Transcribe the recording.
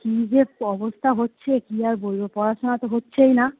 কী যে প অবস্থা হচ্ছে কী আর বলব পড়াশোনা তো হচ্ছেই না